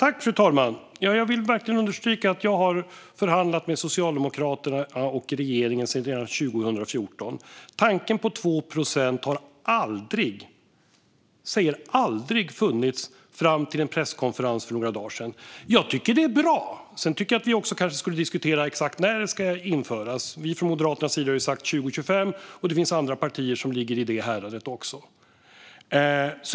Fru talman! Jag vill understryka att jag har förhandlat med Socialdemokraterna och regeringen sedan 2014, och tanken på 2 procent har aldrig funnits fram till presskonferensen för några dagar sedan. Jag tycker att det är bra, men vi behöver diskutera när det ska införas. Moderaterna har sagt 2025, och andra partier ligger i samma härad.